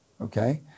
okay